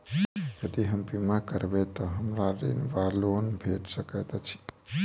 यदि हम बीमा करबै तऽ हमरा ऋण वा लोन भेट सकैत अछि?